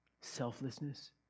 selflessness